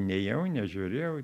nėjau nežiūrėjau